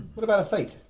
what about a fete?